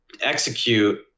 execute